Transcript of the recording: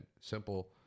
Simple